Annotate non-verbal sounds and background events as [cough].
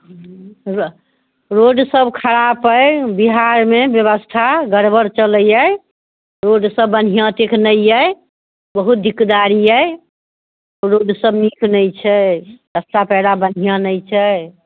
[unintelligible] होगा रोड सब खराप अइ बिहारमे व्यवस्था गड़बड़ चलैत अइ रोड सब बढ़िआँ ठीक नहि अइ बहुत दिकदारी अइ रोड सब नीक नहि छै रस्ता पैरा बढ़िआँ नहि छै